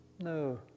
No